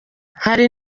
hari